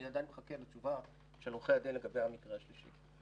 אני עדיין מחכה לתשובה של עורכי הדין לגבי המקרה השלישי.